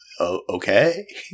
okay